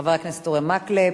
חבר הכנסת אורי מקלב,